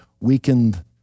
weakened